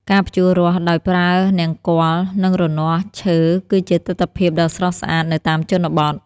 ការភ្ជួររាស់ដោយប្រើនង្គ័ល និងរនាស់ឈើគឺជាទិដ្ឋភាពដ៏ស្រស់ស្អាតនៅតាមជនបទ។